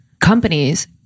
companies